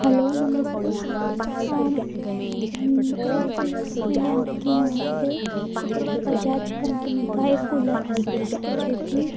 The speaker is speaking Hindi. हैलो नमस्ते सर जी मैंने आपके यहाँ से बजाज कम्पनी का एक कूलर खरीदा था जो कि